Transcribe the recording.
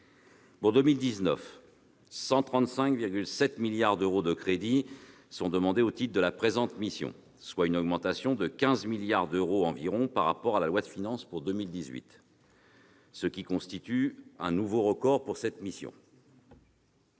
Pour 2019, 135,7 milliards d'euros de crédits sont demandés au titre de la présente mission. Ce montant est en augmentation de 15 milliards d'euros environ par rapport à la loi de finances pour 2018. Il s'agit là d'un nouveau record pour cette mission.